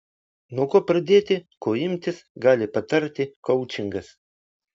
nuo ko pradėti ko imtis gali patarti koučingas